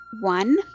One